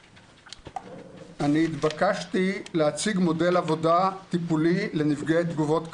אני התבקשתי להציג מודל עבודה טיפולי לנפגעי תגובות קרב.